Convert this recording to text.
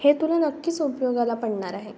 हे तुला नक्कीच उपयोगाला पडणार आहे